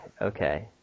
Okay